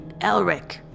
Elric